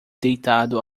deitado